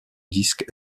disques